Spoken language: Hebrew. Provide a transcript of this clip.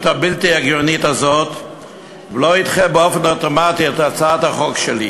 הבלתי-הגיונית הזאת ולא ידחה באופן אוטומטי את הצעת החוק שלי.